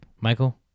Michael